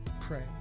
pray